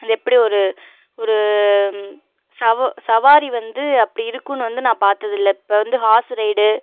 அது எப்படி ஒரு ஒரு சவு சவாரி வந்து அப்படி இருக்கும்னு வந்து நான் பார்த்ததில்ல இப்போ வந்து ஹார்ஸு ரைடு